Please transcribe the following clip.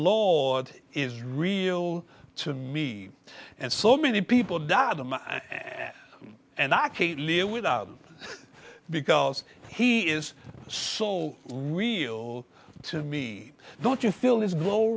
law is real to me and so many people died and i can't live without him because he is so real to me don't you feel his